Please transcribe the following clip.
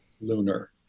lunar